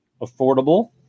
affordable